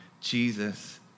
Jesus